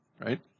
Right